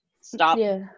stop